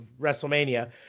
WrestleMania